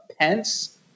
Pence